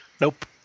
Nope